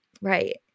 Right